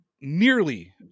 nearly